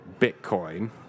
Bitcoin